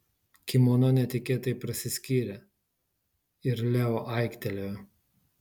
kimono netikėtai prasiskyrė ir leo aiktelėjo